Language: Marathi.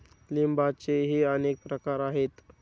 लिंबाचेही अनेक प्रकार आहेत